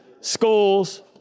schools